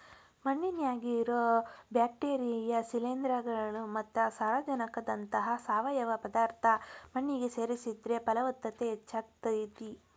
ಮಣ್ಣಿನ್ಯಾಗಿರೋ bacteria, ಶಿಲೇಂಧ್ರಗಳು ಮತ್ತ ಸಾರಜನಕದಂತಹ ಸಾವಯವ ಪದಾರ್ಥ ಮಣ್ಣಿಗೆ ಸೇರಿಸಿದ್ರ ಪಲವತ್ತತೆ ಹೆಚ್ಚಾಗ್ತೇತಿ